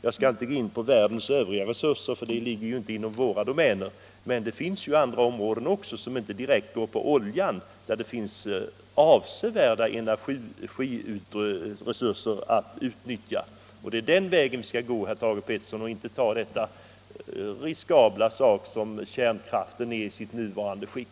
Jag skall inte gå in på världens övriga resurser för de ligger ju inte inom våra domäner, men det finns andra områden som inte direkt har samband med oljan, där det finns avsevärda energiresurser att utnyttja. Det är den vägen vi skall gå, herr Thage Peterson, i stället för att acceptera den risk som kärnkraften innebär i sitt nuvarande skick.